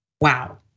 wow